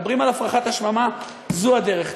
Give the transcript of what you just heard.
מדברים על הפרחת השממה, זו הדרך.